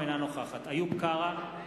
אינה נוכחת איוב קרא,